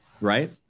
right